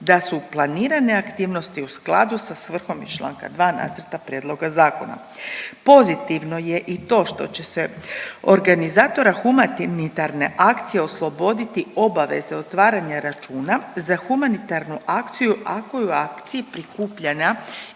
da su planirane aktivnosti u skladu sa svrhom iz čl. 2. nacrta prijedloga zakona. Pozitivno je i to što će se organizatora humanitarne akcije osloboditi obaveze otvaranja računa za humanitarnu akciju ako je u akciji prikupljana